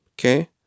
Okay